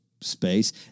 space